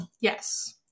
Yes